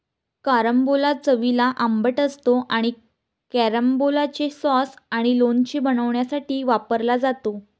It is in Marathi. कारंबोला चवीला आंबट असतो आणि कॅरंबोलाचे सॉस आणि लोणचे बनवण्यासाठी वापरला जातो